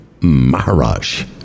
Maharaj